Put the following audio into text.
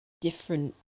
different